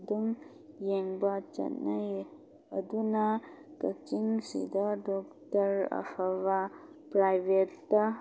ꯑꯗꯨꯝ ꯌꯦꯡꯕ ꯆꯠꯅꯩ ꯑꯗꯨꯅ ꯀꯛꯆꯤꯡꯁꯤꯗ ꯗꯣꯛꯇꯔ ꯑꯐꯕ ꯄꯔꯥꯏꯕꯦꯠꯇ